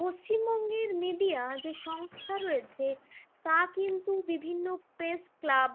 পশ্চিমবঙ্গের মিডিয়া যে সংস্থা রয়েছে তা কিন্তু বিভিন্ন প্রেস ক্লাব